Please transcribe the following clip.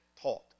taught